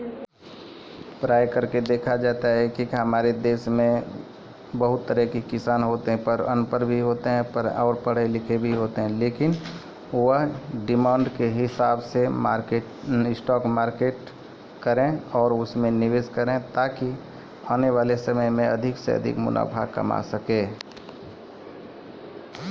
stock मार्केटो मे निवेश करै से पहिले जानकारी एकठ्ठा करना जरूरी छै